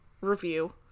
review